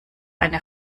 eine